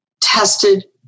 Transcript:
tested